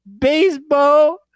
baseball